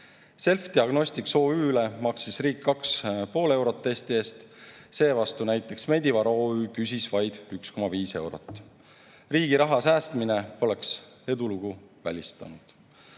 Selfdiagnostics OÜ-le maksis riik 2,5 eurot testi eest, seevastu näiteks Medivar OÜ küsis vaid 1,5 eurot. Riigi raha säästmine poleks edulugu välistanud. Eesti